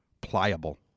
pliable